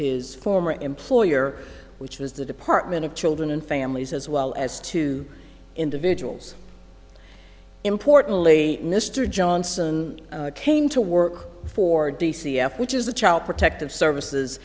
his former employer which was the department of children and families as well as two individuals importantly mr johnson came to work for d c f which is the child protective services